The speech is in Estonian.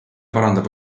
parandab